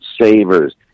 savers